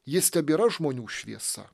jis tebėra žmonių šviesa